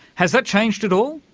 has that changed at all?